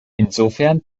insofern